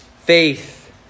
faith